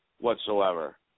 whatsoever